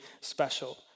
special